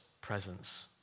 presence